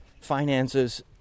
finances